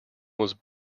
was